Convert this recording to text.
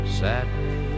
sadly